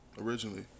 originally